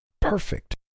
Perfect